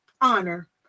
honor